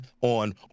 on